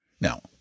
Now